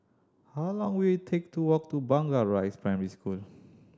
how long will it take to walk to Blangah Rise Primary School